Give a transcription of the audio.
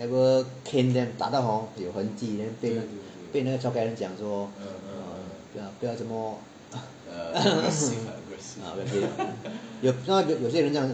ever cane them 打到 hor 有痕迹 then 被那个 childcare 讲说不要这么 aggressive 有些人这样